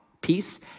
peace